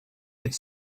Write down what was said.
could